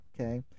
okay